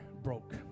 broke